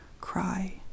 cry